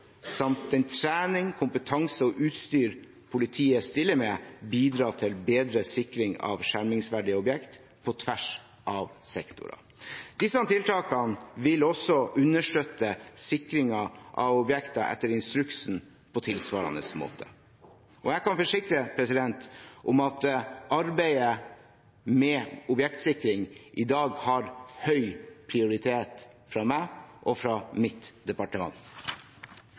samt trening, kompetanse og utstyr som politiet stiller med, bidra til bedre sikring av skjermingsverdige objekter på tvers av sektorene. Disse tiltakene vil også understøtte sikringen av objekter etter instruksen på tilsvarende måte. Og jeg kan forsikre om at arbeidet med objektsikring i dag har høy prioritet fra meg og mitt departement.